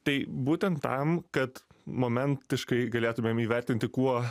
tai būtent tam kad momentiškai galėtumėm įvertinti kuo